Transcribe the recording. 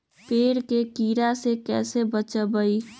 पेड़ के कीड़ा से कैसे बचबई?